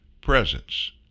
presence